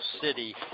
city